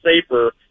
safer